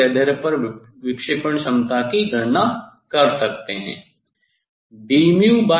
विभिन्न तरंगदैर्ध्य पर विक्षेपण क्षमता की गणना आप कर सकते हैं